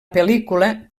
pel·lícula